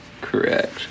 correct